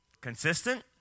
Consistent